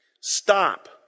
Stop